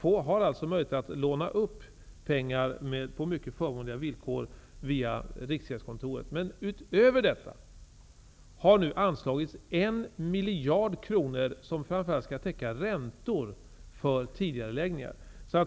SJ har alltså möjlighet att låna pengar på mycket förmånliga villkor via Riksgäldskontoret. Men utöver detta har nu anslagits 1 miljard kronor som framför allt skall täcka räntor för tidigareläggningar.